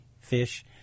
fish